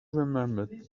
remembered